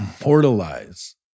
immortalize